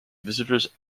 visitors